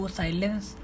silence